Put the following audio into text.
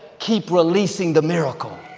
keep releasing the miracle.